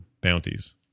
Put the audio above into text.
bounties